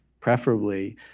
preferably